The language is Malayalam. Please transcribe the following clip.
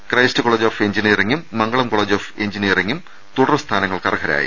ക്രൈസ്റ്റ് കോളേജ് ഓഫ് എഞ്ചിനി യറിങ്ങും മംഗളം കോളേജ് ഓഫ് എഞ്ചിനിയറിങും തുടർസ്ഥാന ങ്ങൾക്ക് അർഹരായി